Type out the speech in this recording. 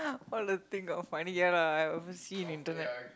all the thing got funny ya lah I must see the internet